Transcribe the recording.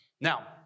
Now